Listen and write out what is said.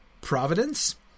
providence